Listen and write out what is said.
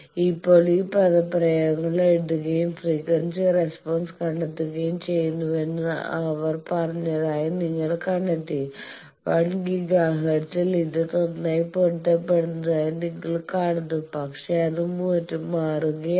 ഇപ്പോൾ ഈ പദപ്രയോഗങ്ങൾ എഴുതുകയും ഫ്രീക്വൻസി റെസ്പോൺസ് കണ്ടെത്തുകയും ചെയ്യുന്നുവെന്ന് അവർ പറഞ്ഞതായി നിങ്ങൾ കണ്ടെത്തി 1 ഗിഗാ ഹെർട്സിൽ ഇത് നന്നായി പൊരുത്തപ്പെടുന്നതായി നിങ്ങൾ കാണുന്നു പക്ഷേ അത് മാറുകയാണ്